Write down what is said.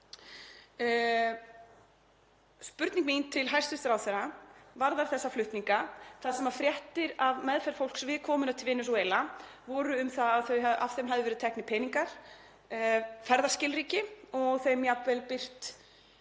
Spurning mín til hæstv. ráðherra varðar þessa flutninga þar sem fréttir af meðferð fólks við komuna til Venesúela voru um að af því hefðu verið teknir peningar, ferðaskilríki og þeim jafnvel birt